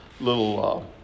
little